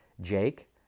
Jake